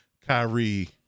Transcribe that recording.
Kyrie